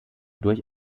durch